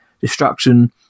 destruction